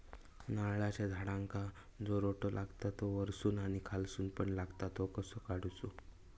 नारळाच्या झाडांका जो रोटो लागता तो वर्सून आणि खालसून पण लागता तो कसो काडूचो?